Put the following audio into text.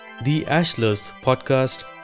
theashlerspodcast